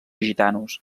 gitanos